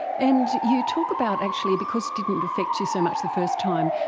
and you talk about actually, because it didn't affect you so much the first time,